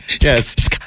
Yes